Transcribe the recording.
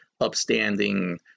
upstanding